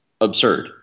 absurd